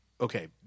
Okay